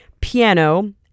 piano